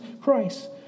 Christ